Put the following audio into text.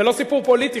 זה לא סיפור פוליטי,